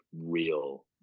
real